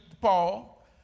Paul